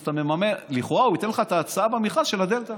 אז לכאורה הוא ייתן לך את ההצעה במכרז של הדלתא.